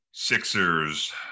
Sixers